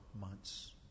months